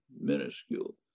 minuscule